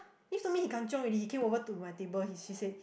Phyllis told me he kanchiong already he came over to my table he she said